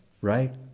right